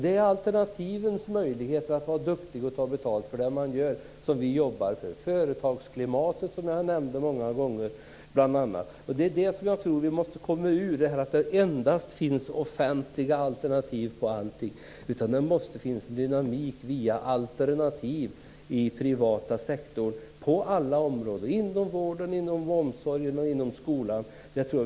Det är möjligheten att vara duktig och ta betalt inom alternativen som vi jobbar för. Det gäller företagsklimatet, som jag har nämnt många gånger. Vi måste komma ur det här att det endast finns offentliga alternativ på alla områden. Det måste finnas dynamik via alternativ i den privata sektorn på alla områden; inom vården, inom omsorgen och inom skolan.